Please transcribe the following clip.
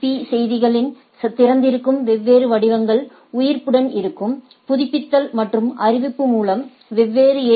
பீ செய்திகளின் திறந்திருக்கும் வெவ்வேறு வடிவங்கள் உயிர்ப்புடன் இருக்கும் புதுப்பித்தல் மற்றும் அறிவிப்பு மூலம் வெவ்வேறு ஏ